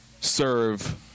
serve